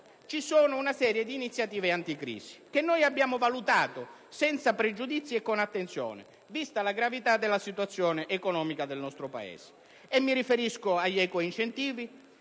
ci sono una serie di iniziative anticrisi che noi abbiamo valutato senza pregiudizi e con attenzione, vista la gravità della situazione economica del nostro Paese. Mi riferisco agli ecoincentivi,